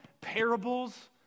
parables